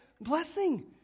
blessing